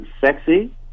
sexy